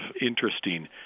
interesting